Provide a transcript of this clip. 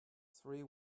three